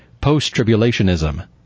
post-tribulationism